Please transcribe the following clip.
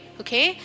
okay